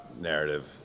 narrative